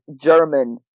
German